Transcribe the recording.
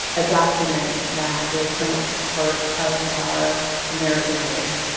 a document that is so much a part of our american life.